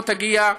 היא לא תגיע,